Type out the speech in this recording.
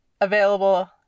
available